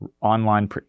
online